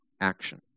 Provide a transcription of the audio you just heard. action